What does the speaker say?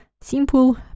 Simple